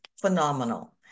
phenomenal